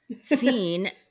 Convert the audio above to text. seen